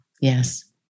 Yes